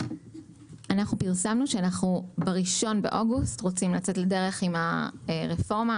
אנחנו בפרסמנו שב-1 באוגוסט אנחנו רוצים לצאת לדרך עם הרפורמה.